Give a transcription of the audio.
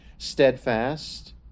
steadfast